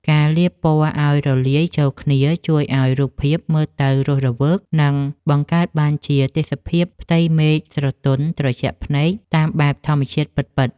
ការលាបពណ៌ឱ្យរលាយចូលគ្នាជួយឱ្យរូបភាពមើលទៅរស់រវើក និង បង្កើតបានជាទេសភាពផ្ទៃមេឃស្រទន់ត្រជាក់ភ្នែកតាមបែបធម្មជាតិពិតៗ។